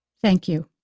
thank you.